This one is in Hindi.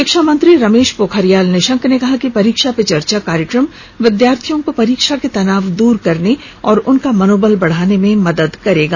शिक्षा मंत्री रमेश पोखरियाल निशंक ने कहा है कि परीक्षा पे चर्चा कार्यक्रम विद्यार्थियों को परीक्षा के तनाव दूर करने और उनका मनोबल बढाने में मदद करेगा